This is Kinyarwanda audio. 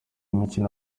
mikino